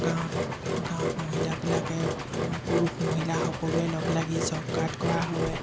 গাঁৱত গাঁৱত মহিলাবিলাকে পুৰুষ মহিলা সকলোৱে লগ লাগি জব কাৰ্ড কৰা হয়